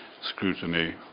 scrutiny